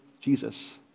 Jesus